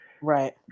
right